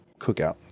cookout